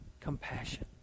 compassion